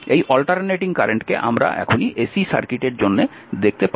এই অল্টারনেটিং কারেন্টকে আমরা এখনই এসি সার্কিটের জন্য দেখতে পাব না